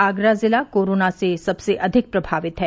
आगरा जिला कोरोना से सबसे अधिक प्रभावित है